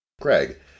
Craig